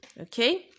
Okay